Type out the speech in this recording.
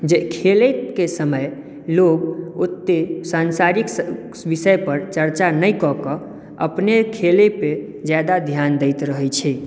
जे खेलयकेँ समय लोक ओते सांसारिकसँ विषय पर चर्चा नहि कऽ कऽ अपने खेलय पे ज्यादा ध्यान दैत रहै छै